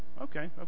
Okay